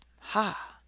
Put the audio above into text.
Ha